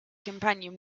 companion